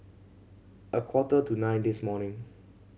a quarter to nine this morning